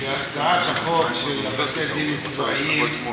בהצעת החוק על בתי-הדין הצבאיים,